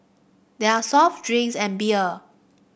there are soft drinks and beer